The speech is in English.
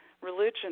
religion